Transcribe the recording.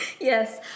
Yes